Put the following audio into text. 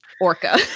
orca